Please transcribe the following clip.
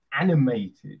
animated